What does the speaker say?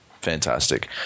Fantastic